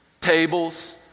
tables